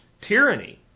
tyranny